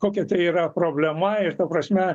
kokia tai yra problema ir ta prasme